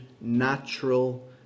natural